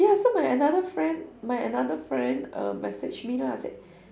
ya so my another friend my another friend err message me lah say